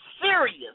serious